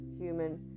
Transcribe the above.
human